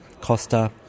Costa